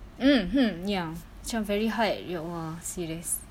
mm mm ya macam very hard ya allah serious